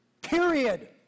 period